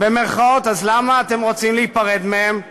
אז למה אתם רוצים להיפרד מהם?